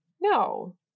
No